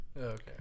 Okay